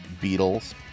Beatles